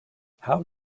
how